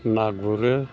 ना गुरो